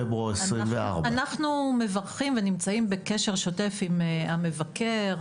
פברואר 24'. אנחנו מברכים ונמצאים בקשר שוטף עם המבקר.